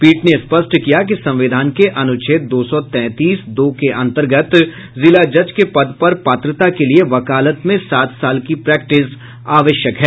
पीठ ने स्पष्ट किया कि संविधान के अनुच्छेद दो सौ तैंतीस दो के अंतर्गत जिला जज के पद पर पात्रता के लिये वकालत में सात साल की प्रैक्टिस आवश्यक है